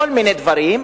כל מיני דברים,